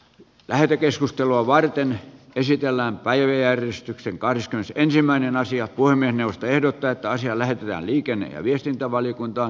lähetekeskustelua varten ysitiellä ajojärjestyksen kadusta ensimmäinen asia kuin puhemiesneuvosto ehdottaa että asia lähetetään liikenne ja viestintävaliokuntaan